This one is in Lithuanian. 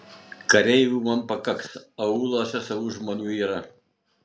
kareivių man pakaks aūluose savų žmonių yra